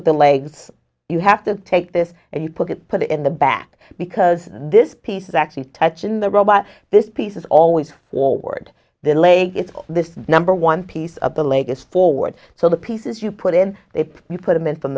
with the legs you have to take this and you put it put it in the back because this piece is actually touch in the robot this piece is always or word the lake is the number one piece of the leg is forward so the pieces you put in if you put them in from